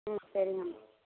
ம் சரிங்கம்மா